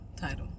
title